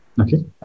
Okay